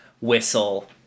whistle